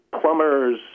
plumbers